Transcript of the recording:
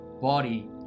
body